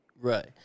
Right